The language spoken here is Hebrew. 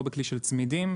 לא בכלי של צמידים,